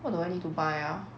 what do I need to buy ah